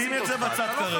שים את זה בצד כרגע.